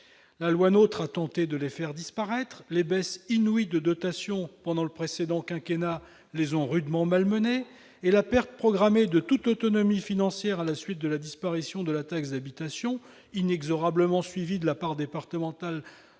ou loi NOTRe, a tenté de les faire disparaître ; les baisses inouïes de dotations décidées pendant le précédent quinquennat les ont rudement malmenés ; enfin, la perte programmée de toute autonomie financière à la suite de la disparition de la taxe d'habitation, inexorablement suivie de la part départementale